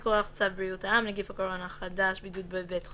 או מכוח צו בריאות העם (נגיף הקורונה החדש 2019) (בידוד בבית חולים)